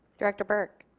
director burke